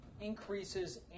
increases